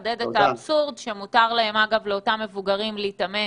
אני אחדד את האבסורד ואומר שמותר לאותם מבוגרים להתאמן